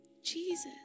Jesus